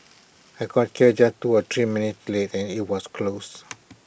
but I got here just two or three minutes late and IT was closed